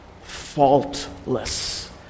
faultless